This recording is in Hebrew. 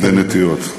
בנטיעות.